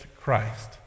Christ